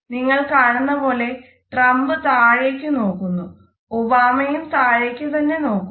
നിങ്ങൾ കാണുന്ന പോലെ ട്രംപ് താഴേക്ക് നോക്കുന്നു ഒബാമയും താഴേക്ക് തന്നെ നോക്കുന്നു